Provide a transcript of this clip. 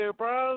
bro